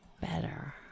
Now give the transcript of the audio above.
better